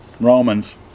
Romans